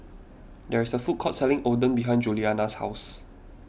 there is a food court selling Oden behind Julianna's house